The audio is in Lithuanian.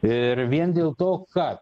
ir vien dėl to kad